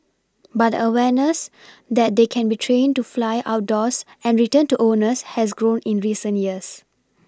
but awareness that they can be trained to fly outdoors and return to owners has grown in recent years